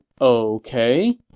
Okay